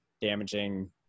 damaging